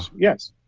yes.